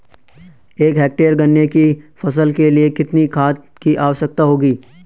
एक हेक्टेयर गन्ने की फसल के लिए कितनी खाद की आवश्यकता होगी?